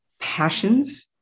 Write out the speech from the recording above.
passions